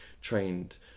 trained